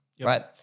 right